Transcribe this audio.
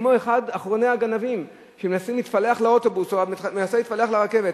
כמו אחרוני הגנבים שמנסים להתפלח לאוטובוס או מנסים להתפלח לרכבת.